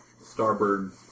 starboard